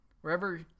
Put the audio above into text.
wherever